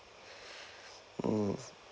mm